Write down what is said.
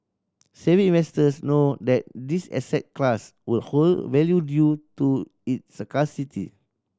savvy investors know that this asset class will hold value due to its scarcity